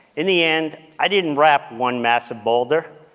in the end, i didn't wrap one massive boulder,